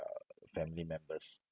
family members